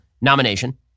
nomination